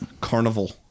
Carnival